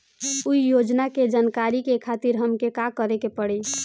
उ योजना के जानकारी के खातिर हमके का करे के पड़ी?